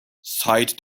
sighed